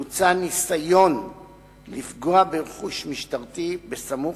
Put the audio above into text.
בוצעו ניסיון לפגוע ברכוש משטרתי בסמוך